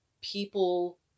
people